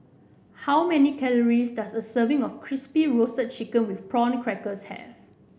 how many calories does a serving of Crispy Roasted Chicken with Prawn Crackers have